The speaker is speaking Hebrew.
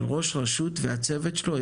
אבל ראש רשות והצוות שלו,